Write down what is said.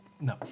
No